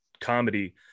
comedy